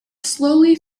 slowly